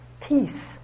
peace